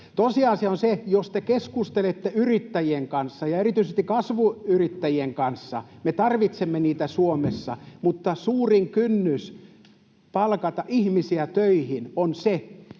tosiasia on se, että jos te keskustelette yrittäjien kanssa ja erityisesti kasvuyrittäjien kanssa, me tarvitsemme niitä Suomessa, niin suurin kynnys palkata ihmisiä töihin on se,